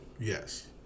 Yes